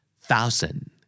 Thousand